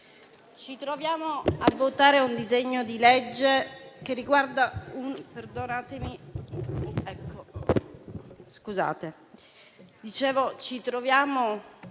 ci troviamo a votare un disegno di legge che riguarda uno